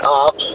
up